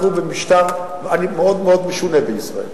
אנחנו במשטר מאוד משונה בישראל.